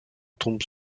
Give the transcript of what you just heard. tombe